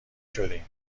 شدین